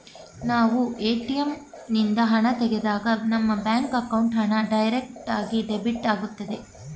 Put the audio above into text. ನಾವು ಎ.ಟಿ.ಎಂ ನಿಂದ ಹಣ ತೆಗೆದಾಗ ನಮ್ಮ ಬ್ಯಾಂಕ್ ಅಕೌಂಟ್ ಹಣ ಡೈರೆಕ್ಟ್ ಡೆಬಿಟ್ ಆಗುತ್ತದೆ